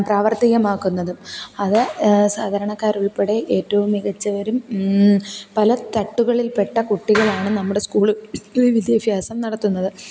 പ്രാവർത്തികമാക്കുന്നതും അത് സാധാരണക്കാർ ഉൾപ്പെടെ ഏറ്റവും മികച്ചവരും പല തട്ടുകളിൽ പെട്ട കുട്ടികളാണ് നമ്മുടെ സ്കൂൾ വിദ്യാഭ്യാസം നടത്തുന്നത്